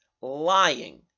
lying